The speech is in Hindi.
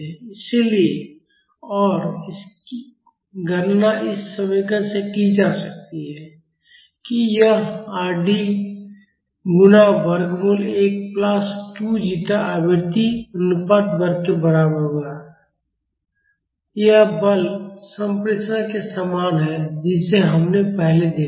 इसलिए और इसकी गणना इस समीकरण से की जा सकती है कि यह आरडी गुणा वर्गमूल 1 प्लस 2 जीटा आवृत्ति अनुपात वर्ग के बराबर होगा यह बल संप्रेषणीयता के समान है जिसे हमने पहले देखा है